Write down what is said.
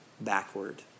backward